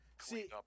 See